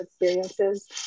experiences